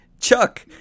Chuck